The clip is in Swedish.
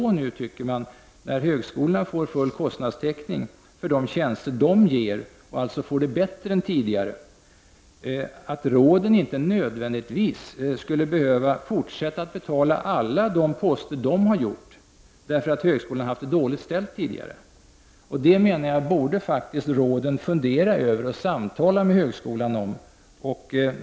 När nu högskolorna får full kostnadstäckning för de tjänster de ger och alltså får det bättre än tidigare skulle råden inte nödvändigtvis behöva fortsätta att betala alla de poster som de har betalat därför att högskolan har haft det dåligt ställt tidigare. Det borde råden fundera över och samtala med högskolan om.